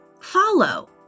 follow